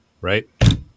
Right